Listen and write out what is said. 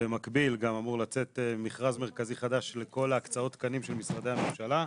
במקביל גם אמור לצאת מכרז מרכזי חדש לכל הקצאות התקנים של משרדי הממשלה,